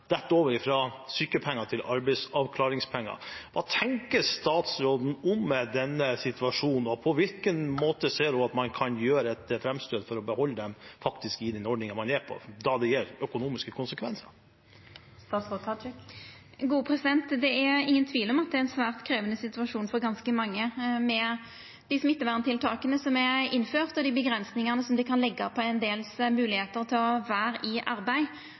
sykepenger til arbeidsavklaringspenger. Hva tenker statsråden om denne situasjonen, og på hvilken måte ser hun at man kan gjøre et framstøt for å beholde dem i den ordningen de er på, siden dette gjelder økonomiske konsekvenser? Det er ingen tvil om at det er ein svært krevjande situasjon for ganske mange med dei smitteverntiltaka som er innførte, og med dei avgrensingane som det kan leggja på moglegheitene ein del har til å vera i arbeid,